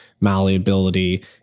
malleability